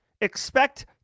expect